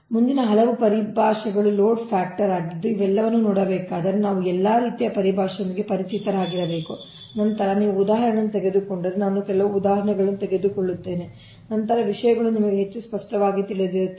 ಆದ್ದರಿಂದ ಮುಂದಿನ ಹಲವು ಪರಿಭಾಷೆಗಳು ಲೋಡ್ ಫ್ಯಾಕ್ಟರ್ ಆಗಿದ್ದು ಇವೆಲ್ಲವನ್ನೂ ನೋಡಬೇಕಾದರೆ ನಾವು ಎಲ್ಲಾ ರೀತಿಯ ಪರಿಭಾಷೆಯೊಂದಿಗೆ ಪರಿಚಿತರಾಗಿರಬೇಕು ನಂತರ ನೀವು ಉದಾಹರಣೆಯನ್ನು ತೆಗೆದುಕೊಂಡರೆ ನಾನು ಕೆಲವು ಉದಾಹರಣೆಗಳನ್ನು ತೆಗೆದುಕೊಳ್ಳುತ್ತೇನೆ ನಂತರ ವಿಷಯಗಳು ನಿಮಗೆ ಹೆಚ್ಚು ಸ್ಪಷ್ಟವಾಗಿ ತಿಳಿದಿರುತ್ತವೆ